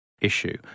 issue